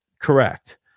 Correct